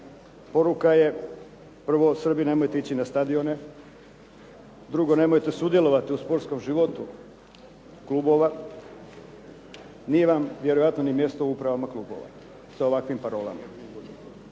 poruka je prvo Srbi, nemojte ići na stadione, drugo nemojte sudjelovati u sportskom životu klubova, nije vam vjerojatno ni mjesto u upravama klubova sa ovakvim parolama.